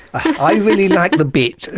i really liked the bit.